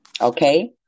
Okay